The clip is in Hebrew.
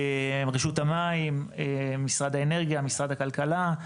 רשות המים, משרד האנרגיה, משרד הכלכלה.